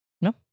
No